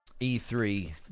e3